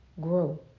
grow